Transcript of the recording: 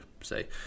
say